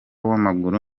w’amaguru